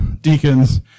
deacons